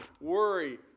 worry